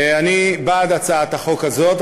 אני בעד הצעת החוק הזאת.